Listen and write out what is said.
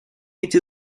эти